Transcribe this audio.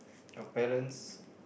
your parents